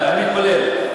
אני אתפלל.